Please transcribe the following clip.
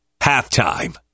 halftime